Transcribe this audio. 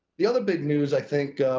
the other big news, i think.